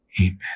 Amen